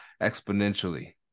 exponentially